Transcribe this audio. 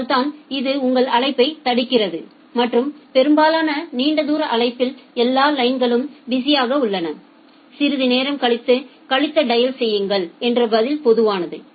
அதனால்தான் இது உங்கள் அழைப்பைத் தடுக்கிறது மற்றும் பெரும்பாலான நீண்ட தூர அழைப்பில் எல்லா லைன்களும் பிஸியாக உள்ளன சிறிது நேரம் கழித்து டயல் செய்யுங்கள் என்ற பதில் பொதுவானது